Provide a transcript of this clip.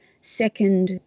second